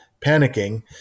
panicking